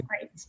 right